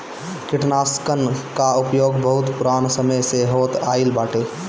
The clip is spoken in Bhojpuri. कीटनाशकन कअ उपयोग बहुत पुरान समय से होत आइल बाटे